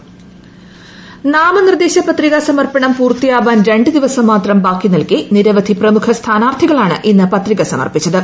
നാമനിർദ്ദേശം നാമനിർദേശ പത്രികാ സമർപ്പണം പൂർത്തിയാവാൻ രണ്ട് ദിവസം മാത്രം ബാക്കി നിൽക്കേ നിരവധി പ്രമുഖ സ്ഥാനാർത്ഥികളാണ് ഇന്ന് പത്രിക സമർപ്പിച്ചത്